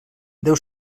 deu